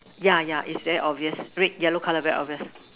yeah yeah is very obvious red yellow colour very obvious